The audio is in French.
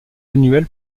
annuel